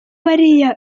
bariya